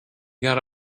got